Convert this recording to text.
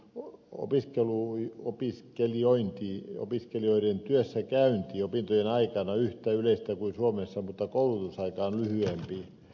useissa maissa opiskelijoiden työssäkäynti opintojen aikana on yhtä yleistä kuin suomessa mutta koulutusaika on lyhyempi